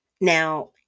Now